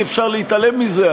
אי-אפשר להתעלם מזה,